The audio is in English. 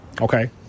Okay